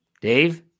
Dave